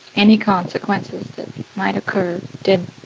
any consequences that might occur did